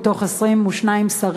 מתוך 22 שרים.